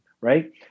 right